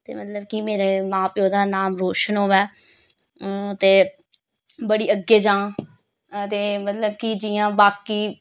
ते मतलब कि मेरे मां प्यो दा नाम रोशन होऐ ते बड़ी अग्गें जां ते मतलब कि जियां बाकी